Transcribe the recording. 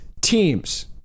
teams